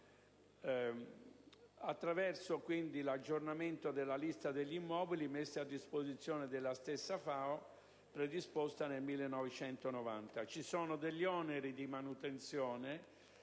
attraverso l'aggiornamento della lista degli immobili messi a disposizione della stessa FAO, predisposta nel 1990. Ci sono alcuni oneri di manutenzione